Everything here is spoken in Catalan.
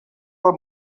del